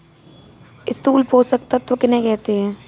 स्थूल पोषक तत्व किन्हें कहते हैं?